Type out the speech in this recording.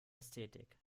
ästhetik